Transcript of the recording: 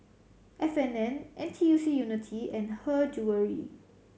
F and N N T U C Unity and Her Jewellery